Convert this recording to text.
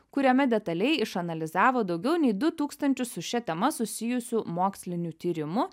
kuriame detaliai išanalizavo daugiau nei du tūkstančius su šia tema susijusių mokslinių tyrimų